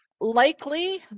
Likely